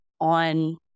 on